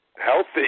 Healthy